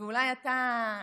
ואולי אתה,